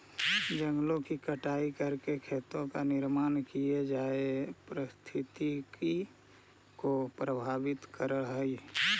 जंगलों की कटाई करके खेतों का निर्माण किये जाए पारिस्थितिकी को प्रभावित करअ हई